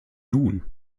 nun